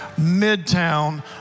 Midtown